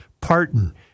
Parton